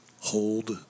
Hold